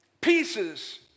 pieces